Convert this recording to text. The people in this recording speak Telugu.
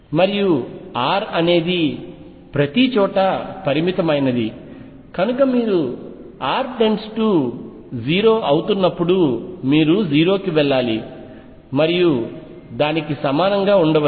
మరియు R అనేది ప్రతిచోటా పరిమితమైనది కనుక మీరు r 0 అవుతున్నప్పుడు మీరు 0 కి వెళ్లాలి మరియు దానికి సమానంగా ఉండవచ్చు